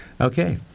Okay